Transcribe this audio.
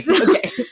Okay